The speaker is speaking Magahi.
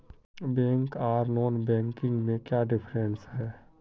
बैंक आर नॉन बैंकिंग में क्याँ डिफरेंस है?